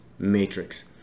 Matrix